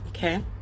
Okay